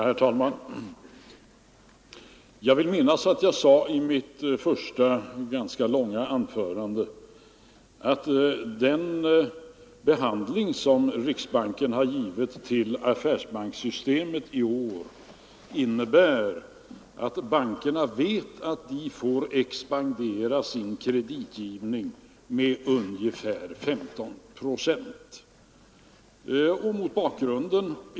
Herr talman! Jag vill minnas att jag i mitt första ganska långa anförande sade att riksbankens agerande vad avser affärsbankssystemet i år innebär att bankerna vet att de får expandera sin kreditgivning med ungefär 15 procent.